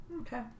Okay